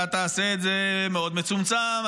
אתה תעשה את זה מאוד מצומצם.